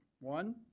One